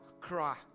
cry